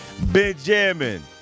Benjamin